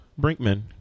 Brinkman